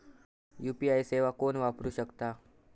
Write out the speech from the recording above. UPI सेवा कोण वापरू शकता?